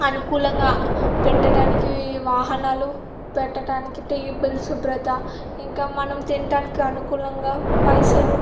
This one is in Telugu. అనుకూలంగా పెట్టడానికి వాహనాలు పెట్టటానికి టేబుల్ శుభ్రత ఇంకా మనం తినటానికి అనుకూలంగా పైసలు